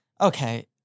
Okay